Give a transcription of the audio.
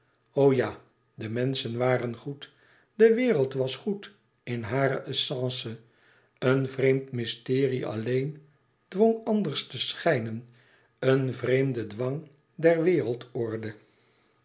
ja de menschen waren goed de wereld was goed in hare essence een vreemd mysterie alleen dwong anders te schijnen een vreemde dwang der